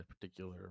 particular